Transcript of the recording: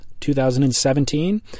2017